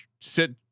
sit